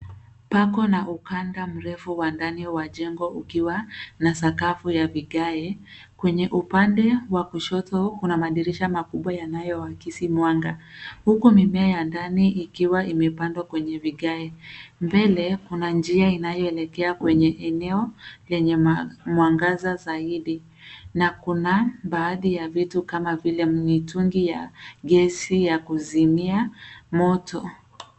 Pako na ukanda mrefu wa ndani wa jengo ukiwa na sakafu ya vigae, kwenye upande wa kushoto kuna madirisha makubwa yanayoakisi mwanga, huku mimea ya ndani ikiwa imepandwa kwenye vigae. Mbele kuna njia inayooelekea kwenye eneo lenye mwangaza zaidi. Na kuna baadhi ya vitu kama vile mitungi ya gesi ya kuzimia moto.